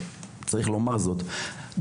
ואני רוצה להשתמש בשני המקרים אותם הזכרתם,